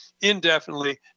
indefinitely